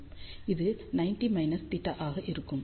இது 90 θ ஆக இருக்கும்